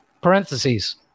Parentheses